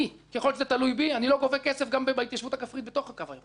ככל שזה תלוי בי אני לא גובה כסף גם בהתיישבות הכפרית בתוך הקו הירוק.